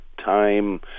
time